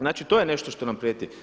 Znači to je nešto što nam prijeti.